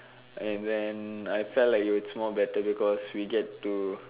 and then I felt like it's more better because we get to